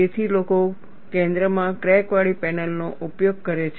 તેથી લોકો કેન્દ્રમાં ક્રેક વાળી પેનલનો ઉપયોગ કરે છે